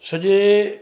सॼे